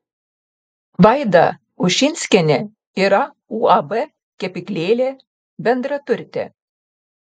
vaida ušinskienė yra uab kepyklėlė bendraturtė